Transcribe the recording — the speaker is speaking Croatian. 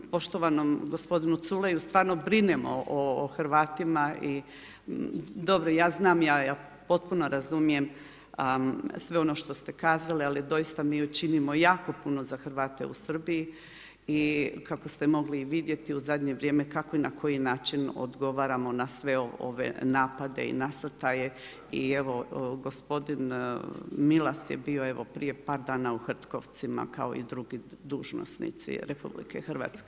Poštovanom gospodinu Culeju, stvarno brinemo o Hrvatima i dobro, ja znam, ja potpuno razumijem sve ono što ste kazali, ali doista mi činimo jako puno za Hrvate u Srbiji i kako ste mogli i vidjeti, u zadnje vrijeme kako i na koji način odgovaramo na sve ove napade i nasrtaje i evo, gospodin Milas je bio prije par dana u Hrtkovcima, kao i drugi dužnosnici RH.